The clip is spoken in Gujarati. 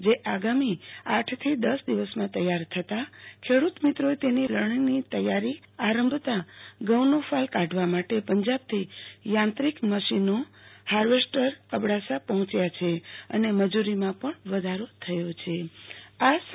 જે આગામી આઠ થી દસ દિવસમાં તૈયાર થતાં ખેડુ તમિત્રોએ તેની લણણીની તૈયારીના આરંભતા ઘઉનો ફાલ કાઢવા માટે પંજાબથી યાંત્રિક મશીનો હાર્વેસ્ટર અબડાસા પહોંચ્યા છે અને મજુરીમાં પણ વધારો થયો છું